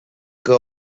que